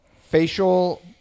facial